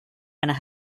and